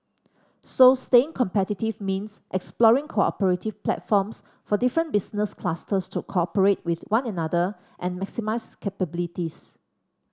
so staying competitive means exploring cooperative platforms for different business clusters to cooperate with one another and maximise capabilities